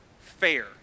fair